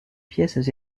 pièces